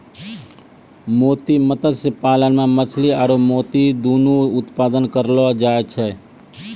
मोती मत्स्य पालन मे मछली आरु मोती दुनु उत्पादन करलो जाय छै